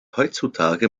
heutzutage